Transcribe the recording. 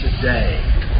Today